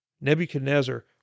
Nebuchadnezzar